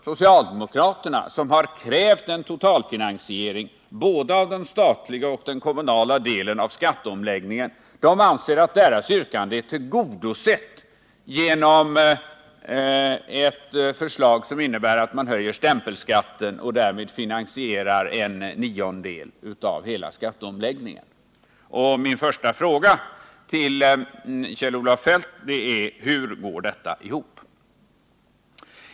Socialdemokraterna som har krävt en totalfinansiering av både den statliga och den kommunala delen av skatteomläggningen anser att deras yrkande är tillgodosett genom ett förslag som innebär att man höjer stämpelskatten och därmed finansierar en niondel av hela skatteomläggningen. Min första fråga till Kjell-Olof Feldt blir därför: Hur går detta ihop?